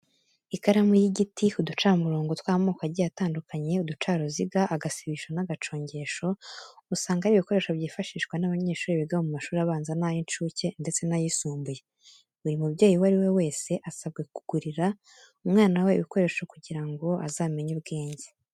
Ikaramu y'igiti, uducamurongo tw'amoko agiye atandukanye, uducaruziga, agasibisho n'agacongesho usanga ari ibikoresho byifashishwa n'abanyeshuri biga mu mashuri abanza n'ay'incuke ndetse n'ayisumbuye. Buri mubyeyi uwo ari we wese asabwa kugurira umwana we ibi bikoresho kugira ngo azamenye ubwenge.